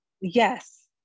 Yes